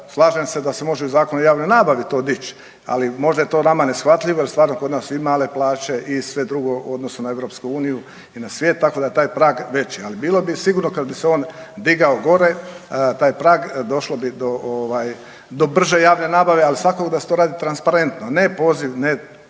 slažem se da se može i u Zakonu o javnoj nabavi to dići. Ali možda je to nama neshvatljivo, jer stvarno kod nas su i male plaće i sve drugo u odnosu na Europsku uniju i na svijet tako da je taj prag veći. Ali bilo bi sigurno kad bi se on digao gore, taj prag došlo bi do brže javne nabave, ali svakako da se to radi transparentno. Ne poziv, ne